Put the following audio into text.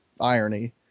irony